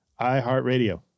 iHeartRadio